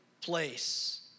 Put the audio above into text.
place